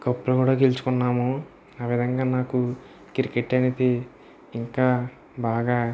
కప్పులు కూడా గెలుచుకున్నాము ఆ విధంగా నాకు క్రికెట్ అనేది ఇంకా బాగా